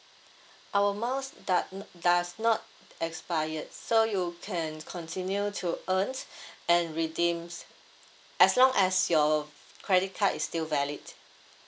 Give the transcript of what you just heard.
our miles doe~ does not expired so you can continue to earn and redeem as long as your credit card is still valid